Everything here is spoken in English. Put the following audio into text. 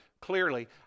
clearly